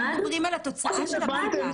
אנחנו מדברים על התוצאה של הבדיקה.